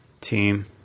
Team